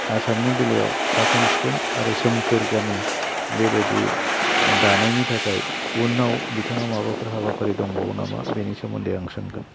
आसामनि बेलायाव साखोन सिखोन आरो सोमखोर गामि बे बायदि दानायनि थाखाय उनाव बिथाङा माबाफोर हाबाफारि दंबावो नामा बेनि सोमोन्दै आं सोंगोन